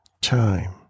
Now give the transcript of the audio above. time